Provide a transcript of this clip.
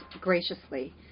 graciously